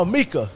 Mika